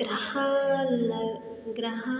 ग्रहलाघवं ग्रहा